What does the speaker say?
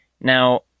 Now